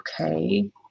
Okay